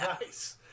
Nice